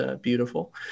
beautiful